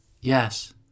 Yes